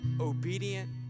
obedient